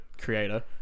creator